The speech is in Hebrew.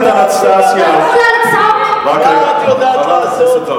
מה את יודעת לעשות?